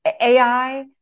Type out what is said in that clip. AI